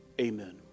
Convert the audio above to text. Amen